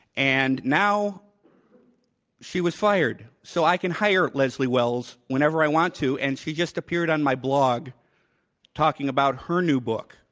and now she was fired so i can hire leslie wells whenever i want to and she just appeared on my blog talking about her new book,